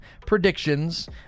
predictions